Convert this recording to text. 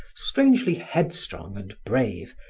strangely headstrong and brave,